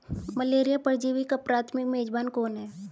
Malaria परजीवी का प्राथमिक मेजबान कौन है?